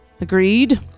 Agreed